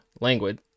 language